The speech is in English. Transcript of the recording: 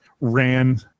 ran